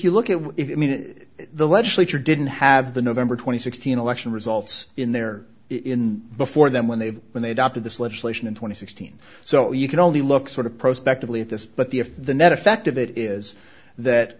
you look at it mean the legislature didn't have the november twenty sixth election results in there in before them when they when they adopted this legislation in twenty sixteen so you can only look sort of prospect of lee at this but the if the net effect of it is that